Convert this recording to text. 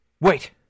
Wait